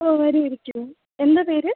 ആ വരുമായിരിക്കും എന്താ പേര്